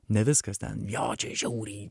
ne viskas ten jo čia žiauriai